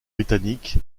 britannique